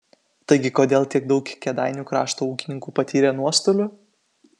taigi kodėl tiek daug kėdainių krašto ūkininkų patyrė nuostolių